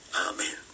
Amen